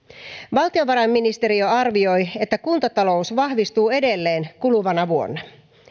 valtiovarainministeriö arvioi että kuntatalous vahvistuu edelleen kuluvana vuonna